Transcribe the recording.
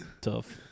Tough